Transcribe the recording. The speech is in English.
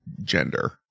gender